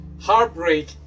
heartbreak